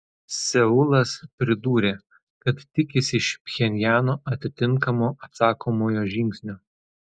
seulas pridūrė kad tikisi iš pchenjano atitinkamo atsakomojo žingsnio